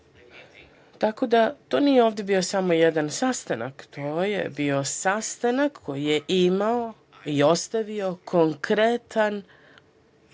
tako da to nije bio samo ovde jedan sastanak. To je bio sastanak koji je imao i ostavio konkretan